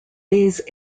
these